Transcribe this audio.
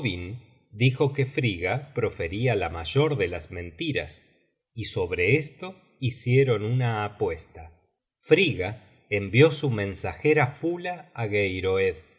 dijo que frigga proferia la mayor de las mentiras y sobre esto hicieron una apuesta frigga envió su mensajera fula á geiroed incitándole á